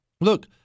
look